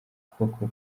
koko